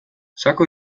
sako